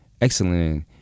excellent